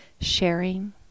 sharing